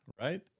right